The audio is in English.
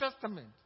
Testament